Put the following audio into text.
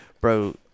bro